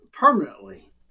Permanently